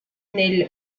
nel